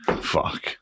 Fuck